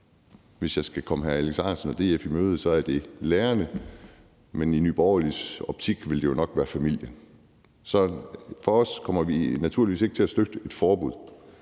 Hvis jeg skulle komme hr. Alex Ahrendtsen og DF i møde, ville jeg sige, at det var lærerne, men i Nye Borgerliges optik ville det jo nok være familien. Så vi kommer naturligvis ikke til at støtte et forbud.